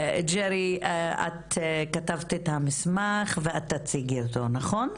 את כתבת את המסמך ואת תציגי אותו, נכון?